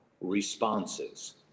responses